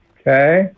okay